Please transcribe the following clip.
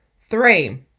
Three